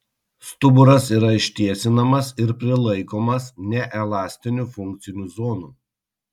stuburas yra ištiesinamas ir prilaikomas neelastinių funkcinių zonų